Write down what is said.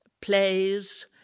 plays